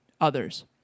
others